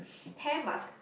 hair mask